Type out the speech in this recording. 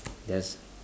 there's